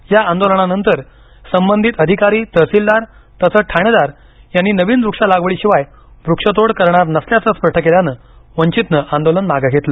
या आंदोलनानंतर संबंधित अधिकारी तहसिलदार तसंच ठाणेदार यांनी नविन वृक्ष लागवडी शिवाय वृक्ष तोड करणार नसल्याचं स्पष्ट केल्यानं वंचितनं आंदोलन मागं घेतलं